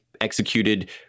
executed